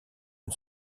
une